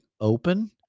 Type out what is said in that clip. open